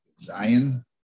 Zion